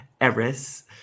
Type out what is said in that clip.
Eris